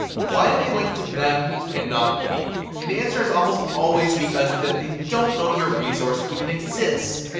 why did they link to them and not me? and the answer is almost always because that they don't know your resource even exists.